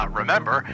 remember